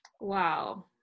Wow